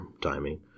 timing